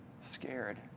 scared